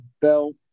Belt